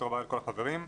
תודה לכל החברים.